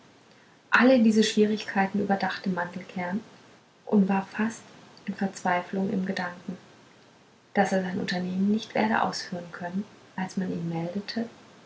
alle diese schwierigkeiten überdachte mandelkern uns war fast in verzweiflung im gedanken daß er sein unternehmen nicht werde ausführen können als man ihm meldete